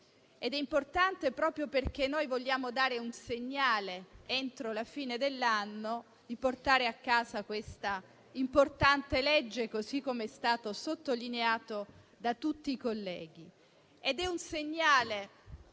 È importante proprio perché vogliamo dare il segnale, entro la fine dell'anno, di portare a casa questa legge rilevante, così com'è stato sottolineato da tutti i colleghi.